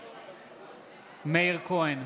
בעד מאיר כהן,